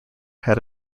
had